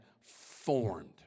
formed